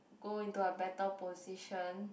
go into a better position